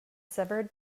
severed